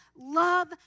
Love